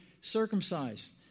circumcised